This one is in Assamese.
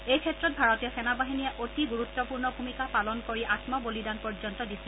এই ক্ষেত্ৰত ভাৰতীয় সেনাবাহিনীয়ে অতি গুৰুত্পূৰ্ণ ভূমিকা পালন কৰি আম্বলিদান পৰ্যন্ত দিছিল